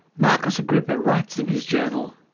marcus agrippa, writes in his journal,